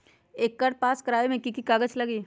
एकर पास करवावे मे की की कागज लगी?